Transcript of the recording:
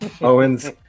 owens